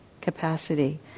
capacity